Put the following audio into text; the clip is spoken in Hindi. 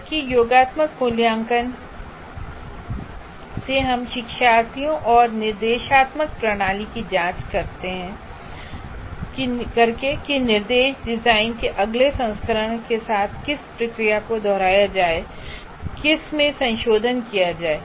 जबकि योगात्मक मूल्यांकन से हम शिक्षार्थियों और निर्देशात्मक प्रणाली की जांच करके हैं कि निर्देश डिजाइन के अगले संस्करण के साथ किस प्रक्रिया को दोहराया जाए और किस में संशोधन किया जाए